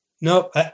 Nope